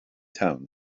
town